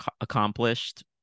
accomplished